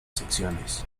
secciones